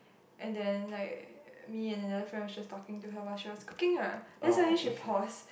and then like me and another friend was talking to her about she was cooking ah that's why we should pause